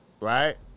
right